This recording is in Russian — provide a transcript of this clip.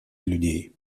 людей